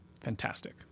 fantastic